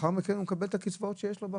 לאחר מכן הוא מקבל את הקצבאות שיש לו בחוק,